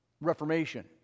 reformation